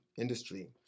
industry